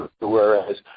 whereas